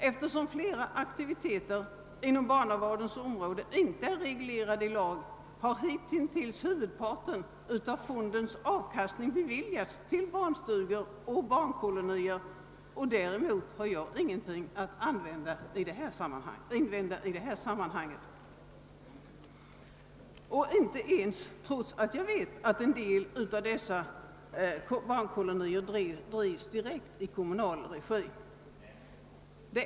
Eftersom flera aktiviteter ihom barnavårdens område inte är reglerad i lag, har hitintills huvudparten av fondens avkastning anslagits till barnstugor och barnkolonier. Däremot har jag ingenting att invända i detta sammanhang, trots att jag vet att en del av dessa barnkolonier drivs direkt i kommunal regi.